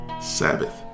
Sabbath